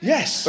Yes